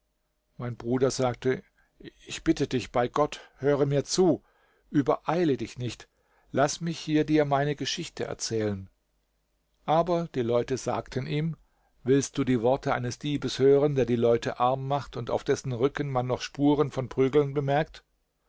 mein bruder sagte ich bitte dich bei gott höre mir zu übereile dich nicht laß mich hier dir meine geschichte erzählen aber die leute sagten ihm willst du die worte eines diebes hören der die leute arm macht und auf dessen rücken man noch spuren von prügeln bemerkt